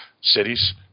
cities